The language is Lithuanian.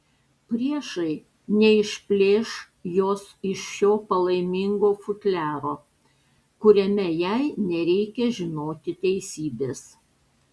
priešai neišplėš jos iš šio palaimingo futliaro kuriame jai nereikia žinoti teisybės